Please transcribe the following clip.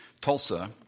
Tulsa